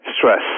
stress